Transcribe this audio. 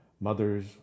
mothers